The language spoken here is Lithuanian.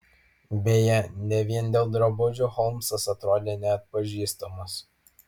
beje ne vien dėl drabužių holmsas atrodė neatpažįstamas